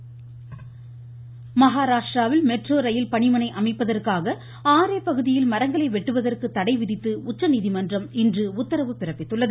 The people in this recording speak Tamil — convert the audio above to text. உச்சநீதிமன்றம் மஹாராஷ்டிராவில் மெட்ரோ ரயில் பணிமனை அமைப்பதற்காக ஆரே பகுதியில் மரங்களை வெட்டுவதற்கு தடை விதித்து உச்சநீதிமன்றம் இன்று உத்தரவு பிறப்பித்துள்ளது